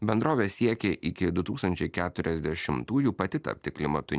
bendrovė siekė iki dū tūkstančiai keturiasdešimtųjų pati tapti klimatui